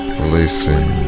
releasing